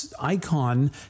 icon